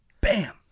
bam